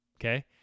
Okay